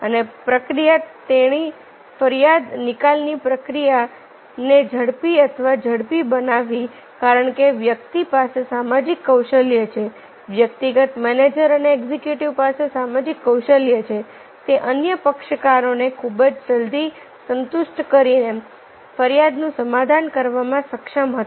અને પ્રક્રિયામાં તેણે ફરિયાદ નિકાલની પ્રક્રિયાને ઝડપી અથવા ઝડપી બનાવી કારણ કે વ્યક્તિ પાસે સામાજિક કૌશલ્ય છે વ્યક્તિગત મેનેજર અને એક્ઝિક્યુટિવ પાસે સામાજિક કૌશલ્ય છે તે અન્ય પક્ષકારોને ખૂબ જ જલદી સંતુષ્ટ કરીને ફરિયાદોનું સમાધાન કરવામાં સક્ષમ હતો